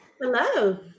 Hello